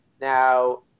Now